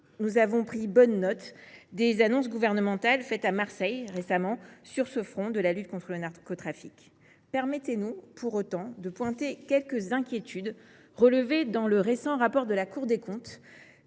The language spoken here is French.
Nous avons pris bonne note des annonces gouvernementales faites récemment à Marseille sur le front de la lutte contre le narcotrafic. Pour autant, comment ne pas pointer quelques inquiétudes relevées dans le récent rapport de la Cour des comptes